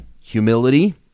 humility